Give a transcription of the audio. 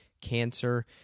cancer